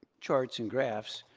charts and graphs.